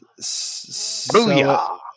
Booyah